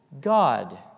God